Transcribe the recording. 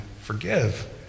forgive